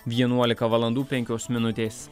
vienuolika valandų penkios minutės